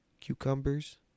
cucumbers